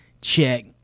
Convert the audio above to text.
check